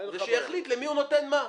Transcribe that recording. ושיחליט למי הוא נותן מה,